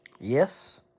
Yes